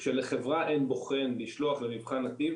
כשלחברה אין בוחן לשלוח למבחן נתיב